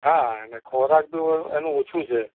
હા અને ખોરાક બી એનું ઓછું છે